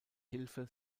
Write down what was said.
hilfe